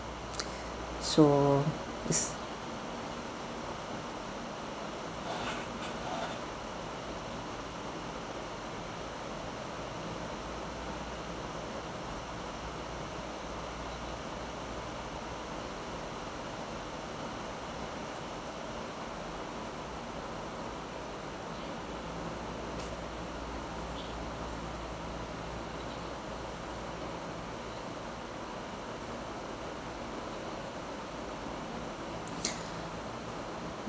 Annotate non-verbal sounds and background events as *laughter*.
so it's *breath*